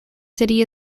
city